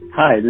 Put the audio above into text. Hi